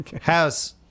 House